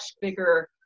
bigger